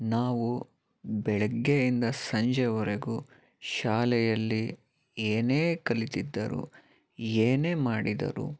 ನಾವು ಬೆಳಗ್ಗೆಯಿಂದ ಸಂಜೆವರೆಗು ಶಾಲೆಯಲ್ಲಿ ಏನೇ ಕಲಿತಿದ್ದರು ಏನೇ ಮಾಡಿದರು